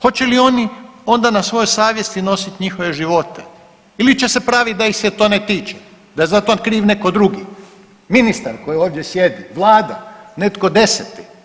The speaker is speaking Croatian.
Hoće li oni onda na svojoj savjesti nositi njihove živote ili će se praviti da ih se to ne tiče, da je za to kriv netko drugi, ministar koji ovdje sjedi, vlada, netko deseti.